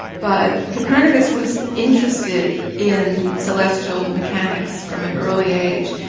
but copernicus was interested in celestial mechanics from an early age,